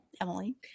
emily